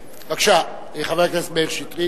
בבקשה, חבר הכנסת מאיר שטרית.